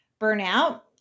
burnout